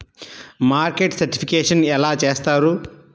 Market certification ఎలా చేస్తారు?